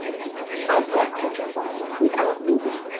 i sat petrified, without moving,